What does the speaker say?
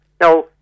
Now